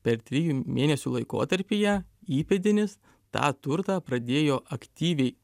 per trijų mėnesių laikotarpyje įpėdinis tą turtą pradėjo aktyviai